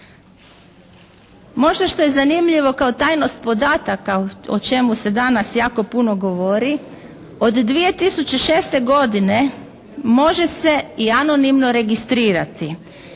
Možda što je zanimljivo kao tajnost podataka o čemu se danas jako puno govori, od 2006. godine može se i anonimno registrirati.